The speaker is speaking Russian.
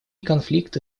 конфликты